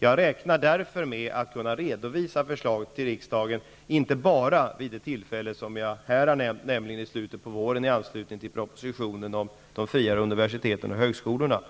Jag räknar därför med att kunna redovisa förslaget till riksdagen inte bara vid det tillfälle som jag här har nämnt, nämligen i slutet på våren i anslutning till propositionen om de fria universiteten och högskolorna,